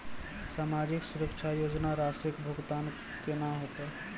समाजिक सुरक्षा योजना राशिक भुगतान कूना हेतै?